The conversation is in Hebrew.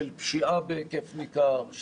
של פשיעה בהיקף ניכר,